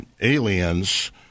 aliens